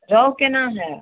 रहु केना हए